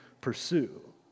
pursue